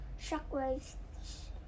shockwave's